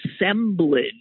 assemblage